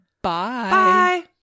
Bye